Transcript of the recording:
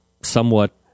somewhat